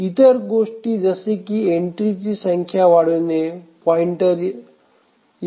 इतर गोष्टी जसे की एंट्रीची संख्या वाढविणे पॉईंटर इ